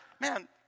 Man